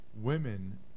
women